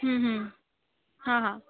हूं हूं हा हा